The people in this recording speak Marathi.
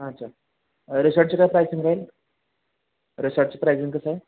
होय चालेल होय रिसॉर्टचे काय प्राइसिंग राहील रिसॉर्टचे प्राइसिंग कसं आहे